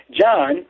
John